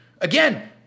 Again